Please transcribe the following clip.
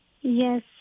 Yes